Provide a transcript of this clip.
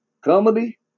Comedy